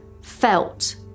felt